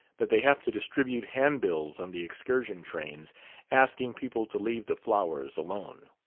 that they have to distribute handbills on the excursion-trains asking people to leave the flowers alone!